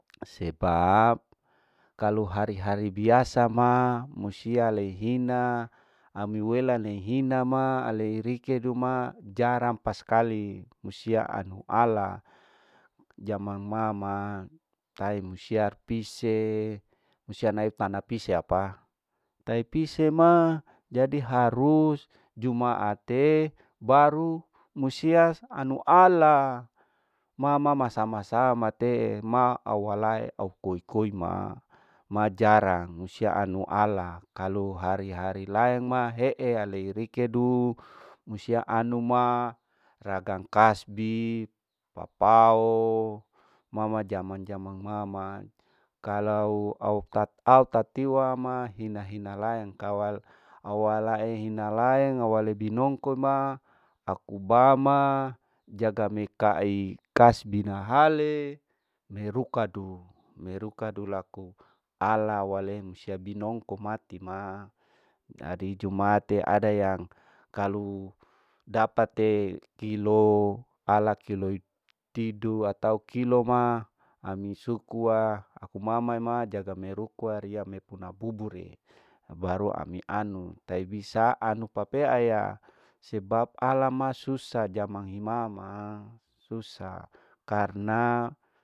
Sebab kalu hari hari biasa ma musia lei hina ami wela nei hina ma alei rikeduma jarang paskali, jarang anu ala, jaman mama tahi musia pise musia nai tana pise apa tai pise ma jadi harus jumaate baru musia anu ala, mama masa masa matee ma awalae au koi koi ma ma jarang musia anu ala kalau hari laeng ma hee alei rikedu musia anuma ragan kasbi, papao mama jamang jamang mama kalau au tat au tatiwa ma hina hina laeng kawal awa lae hina laeng awa ledi nongkoul ma aku ba ma jaga mi kaei kasbi na hale merukadu. werukadu laku ala wale musia binongko mati ma, jadi jumaate ada yang kalu dapate kilo ala kiloi tidua tau kilo ma ami sukuwa aku mama mati jaga merukua riya mekuna kubure, baru ami anu tai bisa anu papeaaya sebab ala ma susa jaman hi mama susa karna.